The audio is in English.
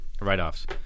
Write-offs